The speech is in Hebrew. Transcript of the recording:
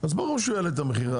אז ברור שהוא יעלה את המחיר.